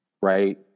right